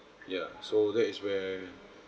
ya so that is where